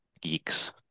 geeks